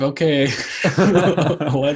Okay